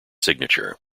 signature